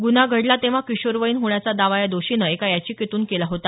गुन्हा घडला तेंव्हा किशोरवयीन होण्याचा दावा या दोषीनं एका याचिकेतून केला होता